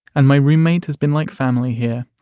and my roommate has been like family here.